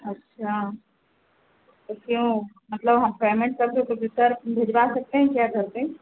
अच्छा तो क्यों मतलब हम पेमेंट कर दें क्योंकि सर भिजवा सकते हैं क्या घर पर